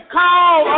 call